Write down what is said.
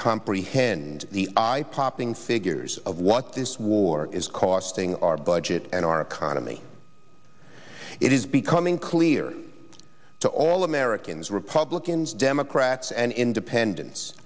comprehend the eye popping figures of what this war is costing our budget and our economy it is becoming clear to all americans republicans democrats and independen